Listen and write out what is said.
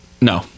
No